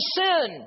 sin